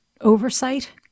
oversight